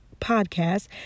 podcast